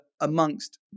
amongst